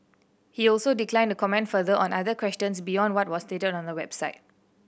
he also declined to comment further on other questions beyond what was stated on the website